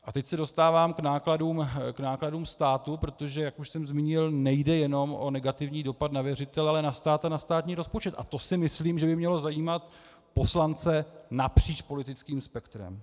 A teď se dostávám k nákladům státu, protože jak už jsem zmínil nejde jenom o negativní dopad na věřitele, ale na stát a na státní rozpočet, a to si myslím, že by mělo zajímat poslance napříč politickým spektrem.